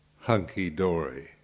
hunky-dory